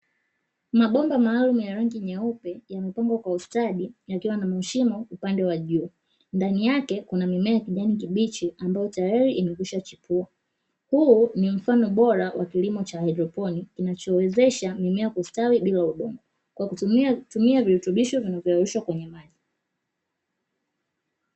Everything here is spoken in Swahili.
Mabomba maalumu ya rangi nyeupe yamepangwa kwa ustadi, yakiwa na mashimo upande wa juu. Ndani yake kuna mimea ya kijani kibichi ambayo tayari imekwisha chipua. Huu ni mfano bora wa kilimo cha haidroponi, kinachowezesha mimea kustawi bila udongo, kwa kutumia virutubisho vilivyoyeyushwa kwenye maji.